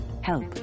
Help